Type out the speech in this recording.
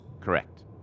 Correct